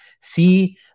see